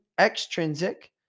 extrinsic